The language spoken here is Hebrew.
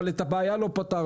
אבל את הבעיה לא פתרנו.